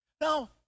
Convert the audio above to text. Now